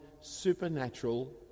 supernatural